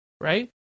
right